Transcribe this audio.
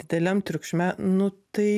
dideliam triukšme nu tai